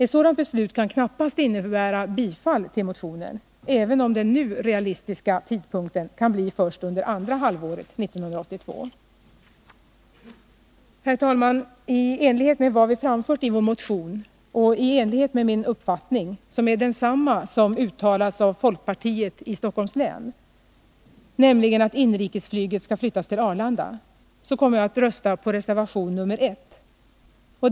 Ett sådant uttalande kan knappast innebära bifall till motionen, även om den nu realistiska tidpunkten är andra halvåret 1982. Herr talman! I enlighet med vad vi framfört i vår motion och i enlighet med min uppfattning, som är densamma som uttalats av folkpartiet i Stockholms län — nämligen att inrikesflyget skall flyttas till Arlanda — kommer jag att rösta på reservation nr 1.